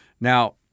Now